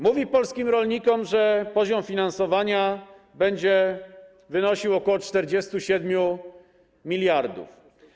Mówi polskim rolnikom, że poziom finansowania będzie wynosił ok. 47 mld.